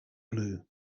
blue